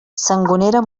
sangonera